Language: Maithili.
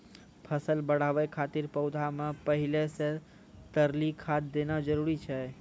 फसल बढ़ाबै खातिर पौधा मे पहिले से तरली खाद देना जरूरी छै?